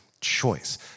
choice